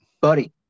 buddy